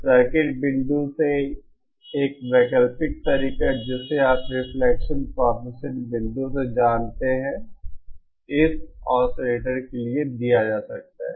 circuit बिंदु से एक वैकल्पिक तरीका जिसे आप रिफ्लेक्शन कॉएफिशिएंट बिंदु से जानते हैं इस ऑसिलेटर के लिए भी दिया जा सकता है